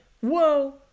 Whoa